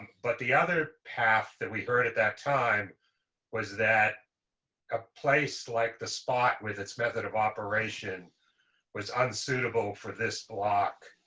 but the other path that we heard at that time was that a place like the spot with its method of operation was unsuitable for this block.